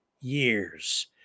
years